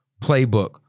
playbook